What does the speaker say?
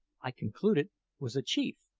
i concluded was a chief.